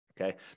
Okay